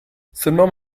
seulement